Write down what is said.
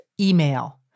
email